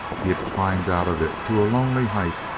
he had climbed out of it to a lonely height,